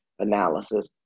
analysis